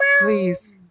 Please